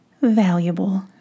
valuable